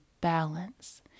balance